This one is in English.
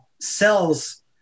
cells